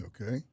Okay